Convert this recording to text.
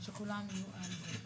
ושכולם יהיו על זה.